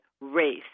race